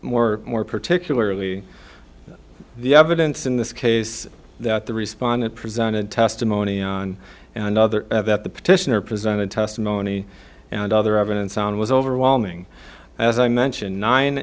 more more particularly the evidence in this case that the respondent presented testimony on another that the petitioner presented testimony and other evidence on was overwhelming as i mentioned nine